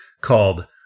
called